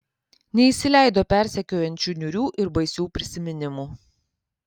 neįsileido persekiojančių niūrių ir baisių prisiminimų